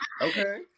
Okay